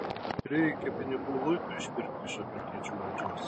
prireikė pinigų luitui išpirkti iš afrikiečių valdžios